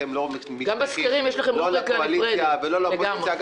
אתם לא משתייכים לא לקואליציה ולא לאופוזיציה.